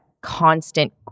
constant